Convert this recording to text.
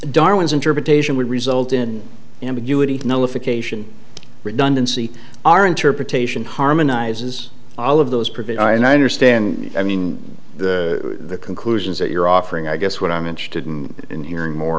darwin's interpretation would result in ambiguity notification redundancy our interpretation harmonizes all of those provide i understand i mean the conclusions that you're offering i guess what i'm interested in hearing more